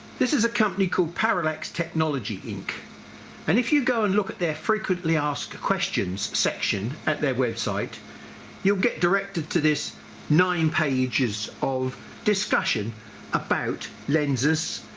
this is a company called parallax technology inc and if you and look at their frequently asked questions section at their website you'll get directed to this nine pages of discussion about lenses,